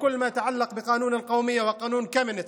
ובכל מה שקשור לחוק הלאום וחוק קמיניץ,